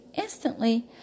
instantly